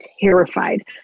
terrified